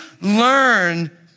learn